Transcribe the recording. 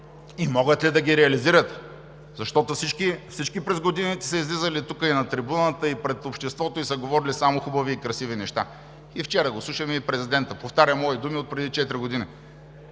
и могат ли да ги реализират, защото всички през годините са излизали и тук, на трибуната, и пред обществото, и са говорили само хубави и красиви неща. Вчера слушаме и президента – повтаря мои думи отпреди четири години.